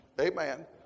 Amen